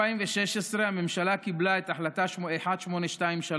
2016 הממשלה קיבלה את החלטה 1823,